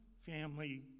family